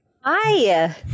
Hi